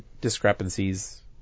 discrepancies